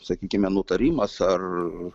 sakykime nutarimas ar